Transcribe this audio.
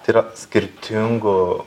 tai yra skirtingų